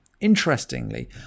interestingly